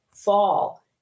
Fall